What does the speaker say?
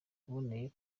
aboneye